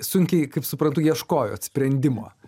sunkiai kaip suprantu ieškojot sprendimo